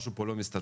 משהו פה לא מסתדר.